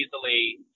easily